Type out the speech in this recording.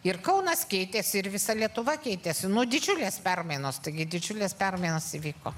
ir kaunas keitėsi ir visa lietuva keitėsi nu didžiulės permainos taigi didžiulės permainos įvyko